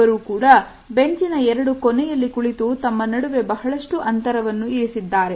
ಇಬ್ಬರೂ ಕೂಡ ಬೆಂಚಿನ ಎರಡು ಕೋಣೆಯಲ್ಲಿ ಕುಳಿತು ತಮ್ಮ ನಡುವೆ ಬಹಳಷ್ಟು ಅಂತರವನ್ನು ಇರಿಸಿದ್ದಾರೆ